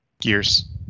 Gears